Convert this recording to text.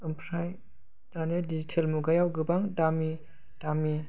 ओमफ्राय दानि डिजिटेल मुगायाव गोबां दामि दामि